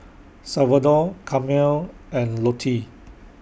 Salvador Carmel and Lottie